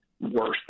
worse